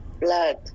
blood